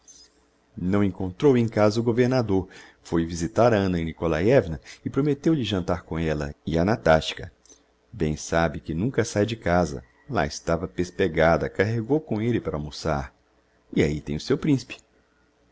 não encontrou em casa o governador foi visitar a anna nikolaievna e prometteu lhe jantar com ella e a natachka bem sabe que nunca sáe de casa lá estava pespegada carregou com elle para almoçar e ahi tem o seu principe